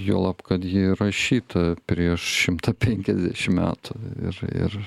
juolab kad ji ir rašyta prieš šimtą penkiasdešim metų ir ir